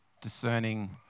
Discerning